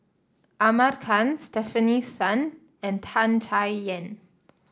Ahmad Khan Stefanie Sun and Tan Chay Yan